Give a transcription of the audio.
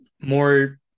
more